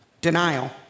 denial